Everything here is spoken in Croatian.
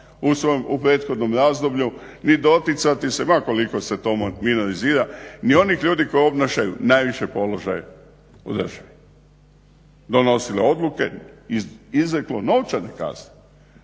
u prethodnom razdoblju ni doticati se ma koliko se to minorizira ni onih ljudi koji obnašaju najviši položaj u državi. Donosile odluke, izreklo novčane kazne